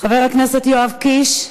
חבר הכנסת יואב קיש,